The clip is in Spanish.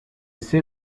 ser